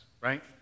Right